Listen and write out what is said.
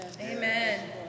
Amen